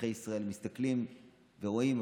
אזרחי ישראל מסתכלים ורואים,